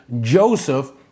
Joseph